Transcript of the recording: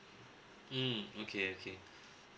mm okay okay